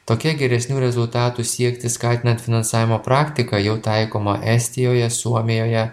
tokia geresnių rezultatų siekti skatinanti finansavimo praktika jau taikoma estijoje suomijoje